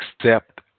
accept